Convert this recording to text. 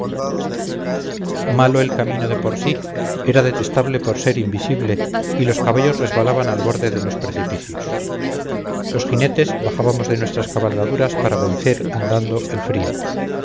malo el camino de por sí era detestable por ser invisible y los caballos resbalaban al borde los precipicios los jinetes bajábamos de nuestras cabalgaduras para vencer andando el frío